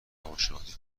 روانشناختی